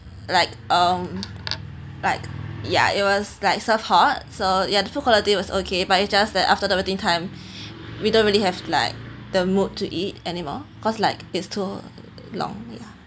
like um like yeah it was like serve hot so you are the food quality was okay but it's just that after the waiting time we don't really have like the mood to eat anymore cause like is too long ya